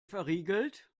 verriegelt